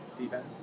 Defense